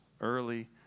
early